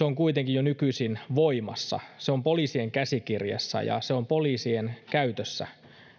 on kuitenkin jo nykyisin voimassa se on poliisien käsikirjassa ja se on poliisien käytössä